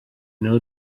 know